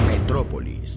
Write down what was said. metrópolis